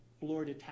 Florida